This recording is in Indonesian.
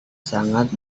sangat